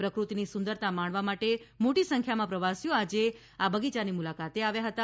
પ્રકૃતિની સુંદરતા માણવા માટે મોટી સંખ્યામાં પ્રવાસીઓ આજે આ બગીયાની મુલાકાતે આવ્યા હતા